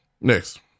Next